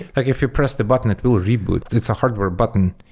like if you press the button, it will reboot. it's a hardware button.